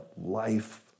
life